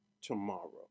tomorrow